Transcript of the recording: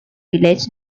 village